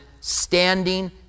standing